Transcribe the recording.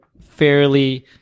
fairly